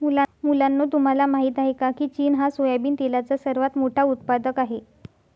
मुलांनो तुम्हाला माहित आहे का, की चीन हा सोयाबिन तेलाचा सर्वात मोठा उत्पादक आहे